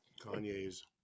Kanye's